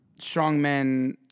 strongmen